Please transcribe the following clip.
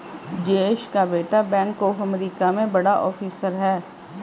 जयेश का बेटा bank of America में बड़ा ऑफिसर है